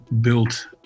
built